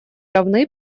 равны